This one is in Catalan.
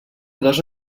dos